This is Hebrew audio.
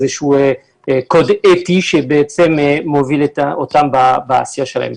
איזשהו קוד אתי שמוביל אותם בעשייה שלהם.